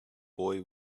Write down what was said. boy